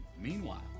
meanwhile